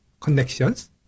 connections